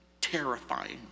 Terrifying